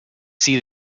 see